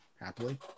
happily